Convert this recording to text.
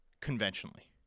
conventionally